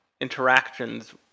interactions